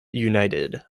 united